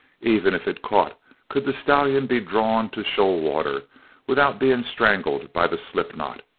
even if it caught could the stallion be drawn to shoal water without being strangled by the slip-knot?